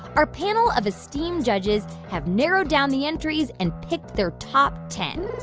our panel of esteemed judges have narrowed down the entries and picked their top ten.